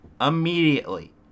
immediately